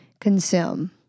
consume